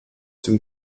dem